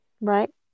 Right